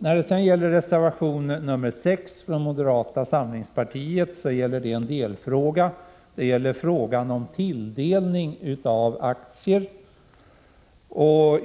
Reservation 6 från moderata samlingspartiet gäller en delfråga— frågan om tilldelning av aktier.